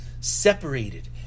separated